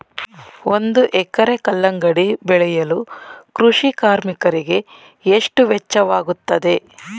ಒಂದು ಎಕರೆ ಕಲ್ಲಂಗಡಿ ಬೆಳೆಯಲು ಕೃಷಿ ಕಾರ್ಮಿಕರಿಗೆ ಎಷ್ಟು ವೆಚ್ಚವಾಗುತ್ತದೆ?